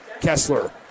Kessler